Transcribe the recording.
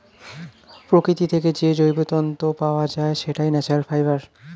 প্রকৃতি থেকে যে জৈব তন্তু পাওয়া যায়, সেটাই ন্যাচারাল ফাইবার